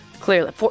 Clearly